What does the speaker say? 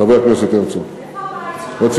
חבר הכנסת הרצוג, רציתי.